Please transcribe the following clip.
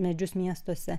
medžius miestuose